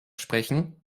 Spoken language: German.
sprechen